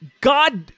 God